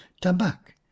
Tabak